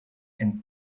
and